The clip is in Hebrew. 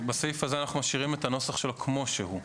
אנחנו משאירים את הנוסח בסעיף הזה כמו שהוא.